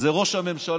זה ראש הממשלה.